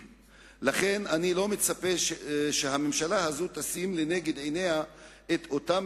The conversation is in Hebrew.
לכן אני לא מצפה שהממשלה הזו תשים לנגד עיניה את אותם